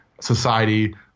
society –